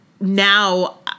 now